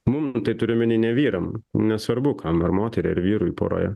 mum tai turiu omeny ne vyram nesvarbu kam ar moteriai ar vyrui poroje